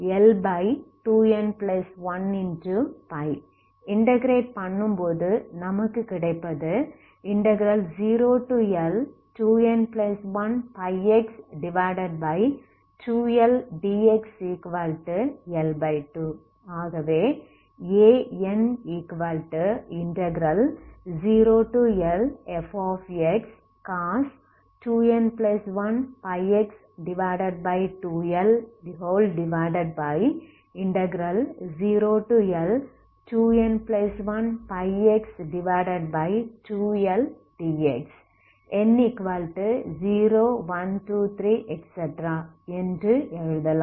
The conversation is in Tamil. L2n1πஇன்டகிரேட் பண்ணும்போது நமக்கு கிடைப்பது 0L2n1πx2L dxL2 இதை நாம்An0Lfcos 2n1πx2L dx0L2n1πx2L dx n0123 என்று எழுதலாம்